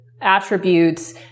Attributes